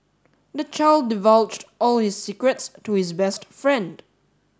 the child divulged all his secrets to his best friend